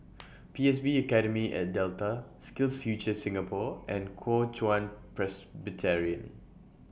P S B Academy At Delta SkillsFuture Singapore and Kuo Chuan Presbyterian